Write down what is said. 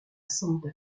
santa